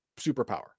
superpower